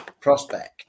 prospect